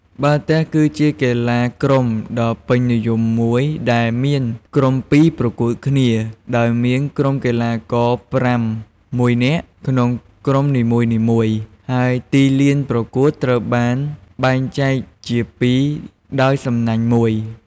បាល់ទះគឺជាកីឡាក្រុមដ៏ពេញនិយមមួយដែលមានក្រុមពីរប្រកួតគ្នាដោយមានកីឡាករប្រាំមួយនាក់ក្នុងក្រុមនីមួយៗ ហើយទីលានប្រកួតត្រូវបានបែងចែកជាពីរដោយសំណាញ់មួយ។